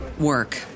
work